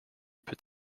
peut